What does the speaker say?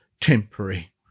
temporary